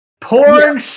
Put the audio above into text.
Porn